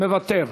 מוותר.